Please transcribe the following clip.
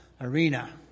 Arena